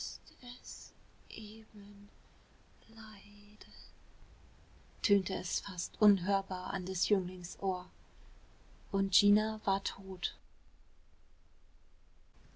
leiden tönte es fast unhörbar an des jünglings ohr und gina war tot